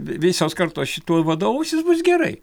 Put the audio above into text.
visos kartos šituo vadovausis bus gerai